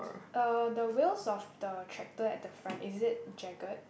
uh the wheels of the tractor at the front is it jagged